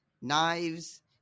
Knives